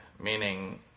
Meaning